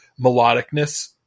melodicness